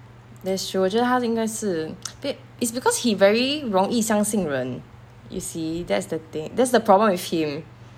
that's true 我觉得他应该是 bab~ is because he very 容易相信人 you see that's the thing that's the problem with him